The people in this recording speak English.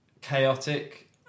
chaotic